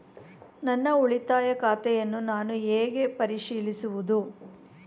ನನ್ನ ಉಳಿತಾಯ ಖಾತೆಯನ್ನು ನಾನು ಹೇಗೆ ಪರಿಶೀಲಿಸುವುದು?